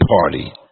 party